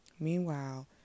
Meanwhile